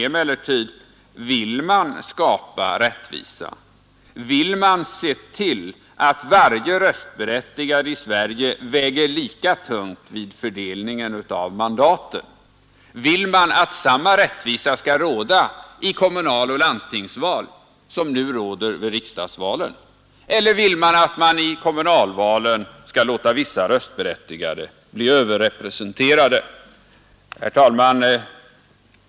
Det avgörande på denna punk Vill man se till att varje röstberättigad i Sverige väger lika tungt vid fördelningen av mandaten? Vill man att samma rättvisa skall råda i kommunaloch landstingsval som nu råder vid riksdagsvalen? Eller vill man att vi i kommunalvalen skall låta vissa röstberättigade bli överrepresenterade? Herr talman!